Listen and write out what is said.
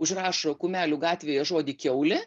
užrašo kumelių gatvėje žodį kiaulė